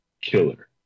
killer